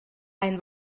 ein